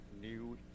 New